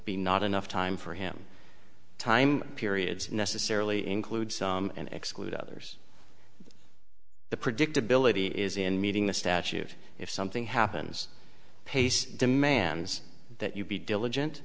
be not enough time for him time periods necessarily include some and exclude others the predictability is in meeting the statute if something happens pace demands that you be diligent